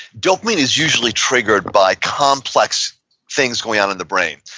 dopamine is usually triggered by complex things going on in the brain.